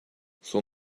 son